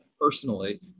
personally